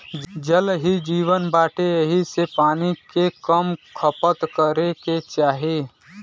जल ही जीवन बाटे एही से पानी के कम खपत करे के चाही